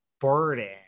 burden